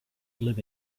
live